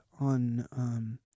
on